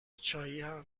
چایی